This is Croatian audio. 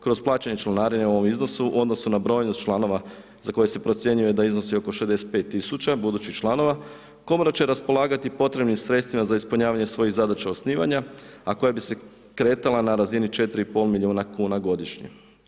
Kroz plaćanje članarine u ovom iznosu u odnosu na brojnost članova za koje se procjenjuje da iznosi oko 65 tisuća budućih članova komora će raspolagati potrebnim sredstvima za ispunjavanje svojih zadaća osnivanja a koja bi se kretala na razini 4,5 milijuna kuna godišnje.